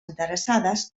interessades